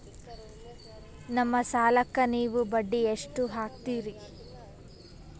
ನಮ್ಮ ಸಾಲಕ್ಕ ನೀವು ಬಡ್ಡಿ ಎಷ್ಟು ಹಾಕ್ತಿರಿ?